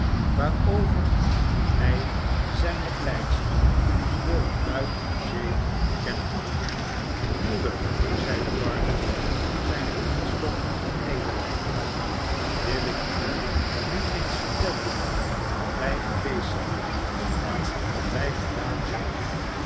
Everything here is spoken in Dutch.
waarover hij zijne blijdschap door een luid hoezee te kennen gaf moeder zeide barnaby zijn hoed en stok nederleggende wil ik u nu eens vertellen waar wij geweest zijn en wat wij gedaan hebben